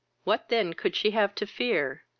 what then could she have to fear,